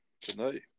tonight